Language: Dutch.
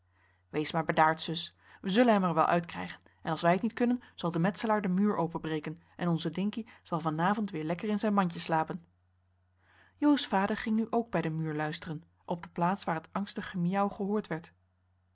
toen maar bedaard zus we zullen hem er wel uitkrijgen en als wij het niet kunnen zal de metselaar den muur openbreken en onze dinkie zal van avond weer lekker in zijn mandje slapen jo's vader ging nu ook bij den muur luisteren op de plaats waar het angstig gemiauw gehoord werd